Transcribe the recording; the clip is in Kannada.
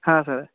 ಹಾಂ ಸರ